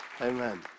Amen